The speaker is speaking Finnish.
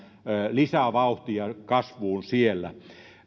lisää vauhtia kasvuun siellä